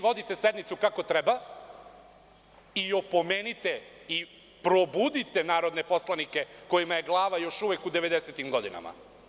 Vodite sednicu kako treba i opomenite i probudite narodne poslanike kojima je glava još uvek u 90-im godinama.